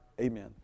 Amen